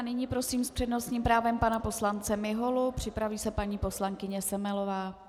Nyní prosím s přednostním právem pana poslance Miholu, připraví se paní poslankyně Semelová.